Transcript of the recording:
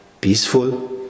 peaceful